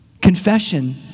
Confession